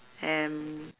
and